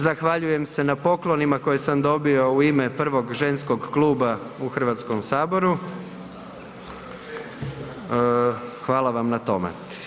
Zahvaljujem se na poklonima koje sam dobio u ime prvog ženskog kluba u Hrvatskom saboru, hvala vam na tome.